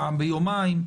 פעם ביומיים,